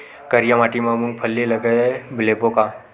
करिया माटी मा मूंग फल्ली लगय लेबों का?